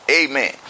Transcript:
Amen